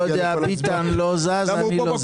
אני לא יודע, ביטן לא זז אני לא זז.